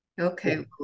Okay